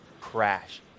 crash